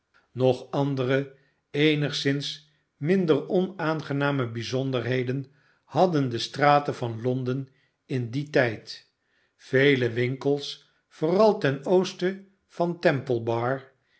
nog andere eenigszins minder onaangename bijzonderheden hadden de straten van londen in dien tijd veie winkels vooral ten oosten van